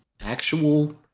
actual